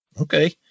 Okay